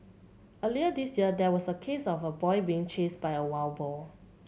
earlier this year there was a case of a boy being chased by a wild boar